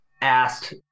asked